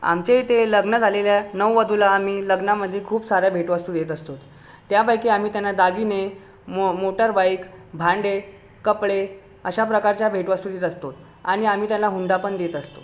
आमच्या येथे लग्न झालेल्या नववधूला आम्ही लग्नामध्ये खूप साऱ्या भेट वस्तू देत असतो त्यापैकी आम्ही त्यांना दागिने मो मोटर बाईक भांडे कपडे अशा प्रकारच्या भेट वस्तू देत असतो आणि आम्ही त्याला हुंडा पण देत असतो